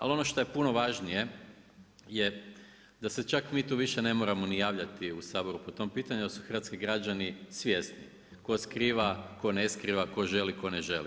Ali ono što je puno važnije je da se čak mi tu više ne moramo ni javljati u Saboru po tom pitanju jer su hrvatski građani svjesni tko skriva, to ne skriva, tko želi, tko ne želi.